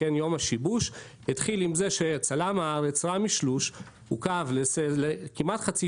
"יום השיבוש" התחיל עם זה שצלם "הארץ" רמי שלוש עוכב כמעט לחצי